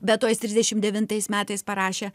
be to jis trisdešim devintais metais parašė